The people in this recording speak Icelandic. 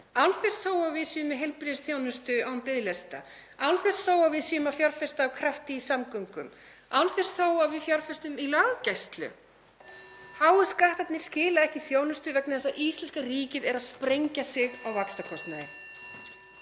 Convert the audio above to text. þess þó að við séum með heilbrigðisþjónustu án biðlista, án þess þó að við séum að fjárfesta af krafti í samgöngum, án þess þó að við fjárfestum í löggæslu. (Forseti hringir.) Háu skattarnir skila ekki þjónustu vegna þess að íslenska ríkið er að sprengja sig á vaxtakostnaði.